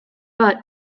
but